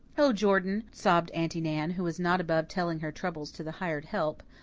oh, jordan, sobbed aunty nan, who was not above telling her troubles to the hired help,